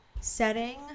setting